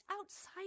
outside